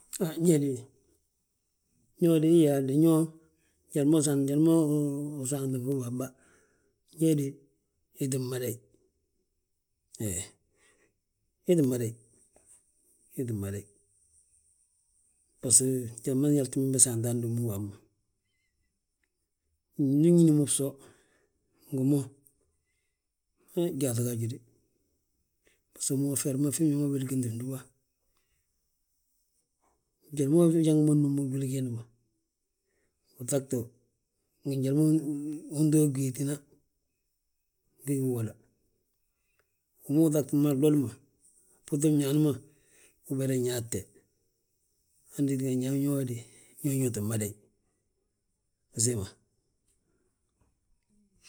ño, njali ma usaantini, njali ma usaanti fi bamba. Ñe de ii tti madayi, he, ii tti madayi, ii tti madayi, baso njali ma nyaltim bi saanti hando wammu. Ndi nñín mo bso, ngi mo, he gyaaŧi gaaji de, baso mo feri ma fe weligentilu fndúba, njali ma ujanga númi gwili giindi ma. Uŧagtu wi, ngi njali ma unto gwéetina, nge gí uwoda, wi ma uŧagti mo a glodi ma buŧi fñaani ma, uberi nyaatte. Hande tínga nyaa, ño de, be ñoo tti madayi, usiima.